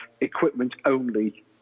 equipment-only